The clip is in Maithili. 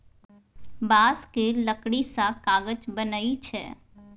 बांस केर लकड़ी सँ कागज बनइ छै